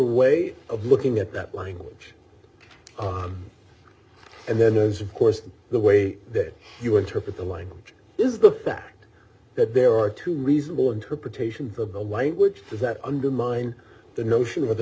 way of looking at that language and then as of course the way that you interpret the language is the fact that there are two reasonable interpretations of the language does that undermine the notion of the